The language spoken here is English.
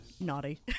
Naughty